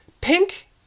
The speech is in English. Pink